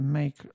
make